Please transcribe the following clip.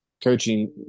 coaching